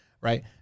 right